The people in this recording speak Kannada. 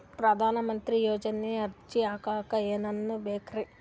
ಪ್ರಧಾನಮಂತ್ರಿ ಯೋಜನೆಗೆ ಅರ್ಜಿ ಹಾಕಕ್ ಏನೇನ್ ಬೇಕ್ರಿ?